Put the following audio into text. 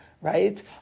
right